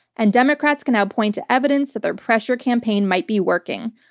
and democrats can now point to evidence that their pressure campaign might be working.